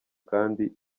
kandi